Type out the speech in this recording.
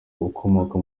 ukomoka